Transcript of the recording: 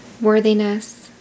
worthiness